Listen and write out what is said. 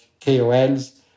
KOLs